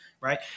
right